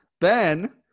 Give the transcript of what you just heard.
Ben